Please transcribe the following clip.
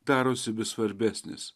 darosi vis svarbesnis